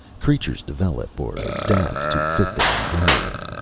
creatures develop or adapt to fit their environment.